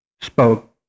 spoke